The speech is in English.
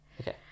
Okay